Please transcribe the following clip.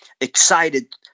excited